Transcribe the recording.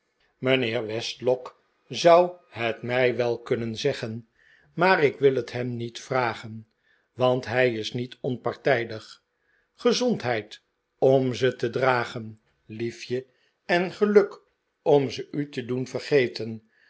mijnheer westlock zou het mij wel kunnen zeggen maar ik wil het hem niet vragen want hij is niet onpartijdig gezondheid om ze te dragen liefje en geluk om ze u te doen vergeten